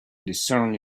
discern